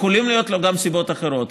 יכולות להיות לו גם סיבות אחרות,